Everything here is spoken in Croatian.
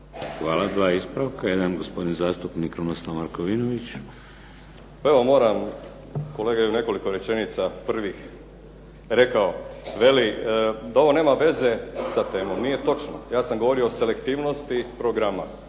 Hvala. 2 ispravka. Jedan gospodin zastupnik Krunoslav Markovinović. **Markovinović, Krunoslav (HDZ)** Pa evo moram kolega je u nekoliko rečenica prvih rekao, veli: "da ovo nema veze sa temom". Nije točno, ja sam govorio o selektivnosti programa.